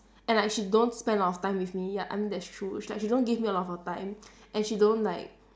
and like she don't spend a lot of time with me like ya I mean that's true she don't give me a lot of her time and and she don't like